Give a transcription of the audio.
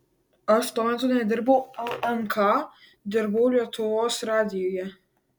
aš tuo metu nedirbau lnk dirbau lietuvos radijuje